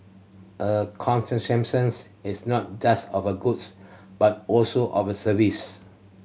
a is not just of a goods but also of a service